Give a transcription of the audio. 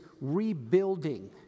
Rebuilding